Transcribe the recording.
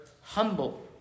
humble